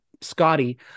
Scotty